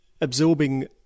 absorbing